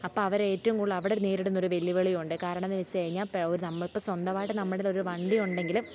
അപ്പം അവരേറ്റവും കൂടുതലവിടെ നേരിടുന്നൊരു വെല്ലു വിളിയുണ്ട് കാരണമെന്നു വെച്ചു കഴിഞ്ഞാൽ ഇപ്പം ഒരു നമ്മൾ ഇപ്പം സ്വന്തമായിട്ട് നമ്മുടെ കയ്യിലൊരു വണ്ടി ഉണ്ടെങ്കിൽ